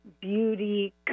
beauty